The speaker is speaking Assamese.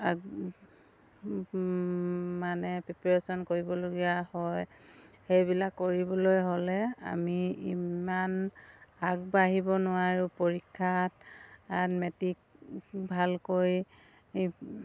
আগ মানে প্ৰিপেয়াৰেশ্যন কৰিবলগীয়া হয় সেইবিলাক কৰিবলৈ হ'লে আমি ইমান আগবাঢ়িব নোৱাৰোঁ পৰীক্ষাত মেট্ৰিক ভালকৈ